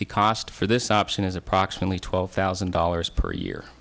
the cost for this option is approximately twelve thousand dollars per year